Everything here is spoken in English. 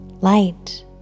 light